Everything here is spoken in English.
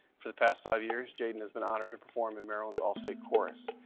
for the past five years, jayden has been honored to perform in maryland's all-state chorus.